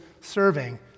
serving